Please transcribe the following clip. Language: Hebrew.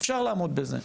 אפשר לעמוד בזה.